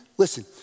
Listen